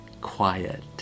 quiet